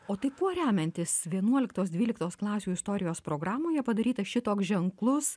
o tai kuo remiantis vienuoliktos dvyliktos klasių istorijos programoje padarytas šitoks ženklus